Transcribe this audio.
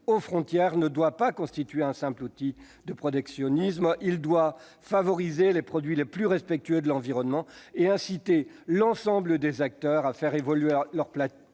frontières ne doit pas constituer un simple outil de protectionnisme : il doit favoriser les produits les plus respectueux de l'environnement et inciter l'ensemble des acteurs à faire évoluer leurs pratiques,